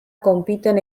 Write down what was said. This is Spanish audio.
compiten